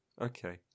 Okay